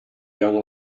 young